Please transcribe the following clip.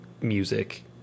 music